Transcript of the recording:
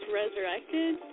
resurrected